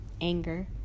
anger